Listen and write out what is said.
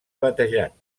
batejat